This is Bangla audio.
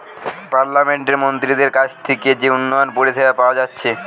পার্লামেন্টের মন্ত্রীদের কাছ থিকে যে উন্নয়ন পরিষেবা পাওয়া যাচ্ছে